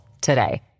today